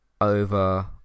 over